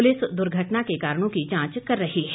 police द्र्घटना के कारणों की जांच कर रही है